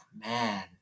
man